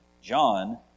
John